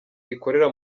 rikorera